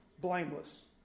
blameless